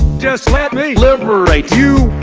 just let me liberate you